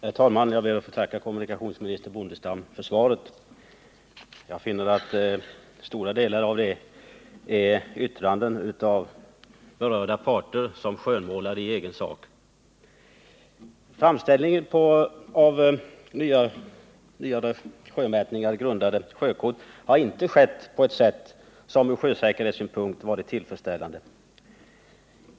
Herr talman! Jag ber att få tacka kommunikationsminister Bondestam för svaret. Jag finner att stora delar av det är yttranden av berörd part som skönmålar i egen sak. Framställningen av på nyare sjömätningar grundade sjökort har inte skett på ett sätt som från sjösäkerhetssynpunkt varit tillfredsställande.